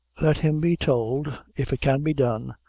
let him be told, if it can be done,